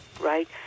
right